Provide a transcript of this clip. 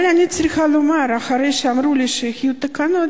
אבל אני צריכה לומר שאחרי שאמרו לי שיהיו תקנות,